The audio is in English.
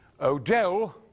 Odell